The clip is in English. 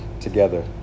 together